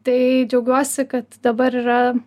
tai džiaugiuosi kad dabar yra